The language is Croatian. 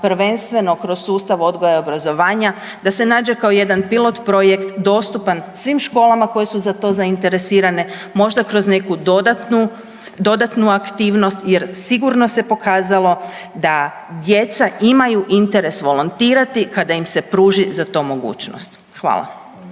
prvenstveno kroz sustav odgoja i obrazovanja da se nađe kao jedan pilot projekt dostupan svim školama koje su za to zainteresirane možda kroz neku dodatnu, dodatnu aktivnost jer sigurno se pokazalo da djeca imaju interes volontirati kada im se pruži za to mogućnost. Hvala.